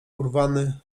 urwany